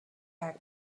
egg